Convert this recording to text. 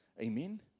Amen